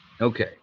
Okay